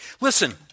Listen